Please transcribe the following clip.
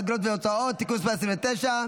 אגרות והוצאות (תיקון מס' 29)